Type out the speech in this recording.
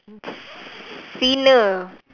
sinner